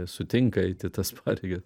sutinka eiti tas pareigas